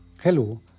Hello